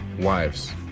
wives